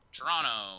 Toronto